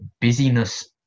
busyness